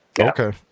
okay